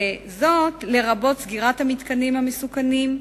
וזאת לרבות סגירת המתקנים המסוכנים,